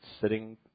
sitting